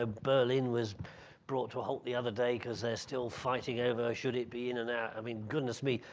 ah berlin was brought to a halt the other day cause they're still fighting over. should it be in and out? i mean, goodness me,